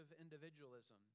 individualism